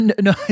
No